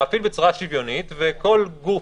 להפעיל בצורה שוויונית וכל גוף,